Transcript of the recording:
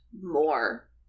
more